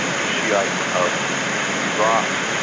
the shiites of iraq,